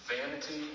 Vanity